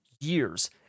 years